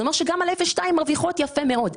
זה אומר שגם על 0.2 הן מרוויחות יפה מאוד.